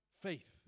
faith